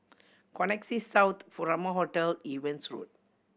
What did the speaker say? Connexis South Furama Hotel Evans Road